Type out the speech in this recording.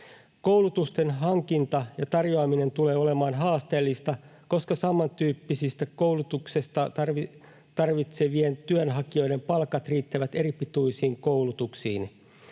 Koulutusten hankinta ja tarjoaminen tulee olemaan haasteellista, koska samantyyppistä koulutusta tarvitsevien työnhakijoiden palkat riittävät eripituisiin koulutuksiin.